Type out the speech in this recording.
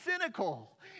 cynical